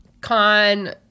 Con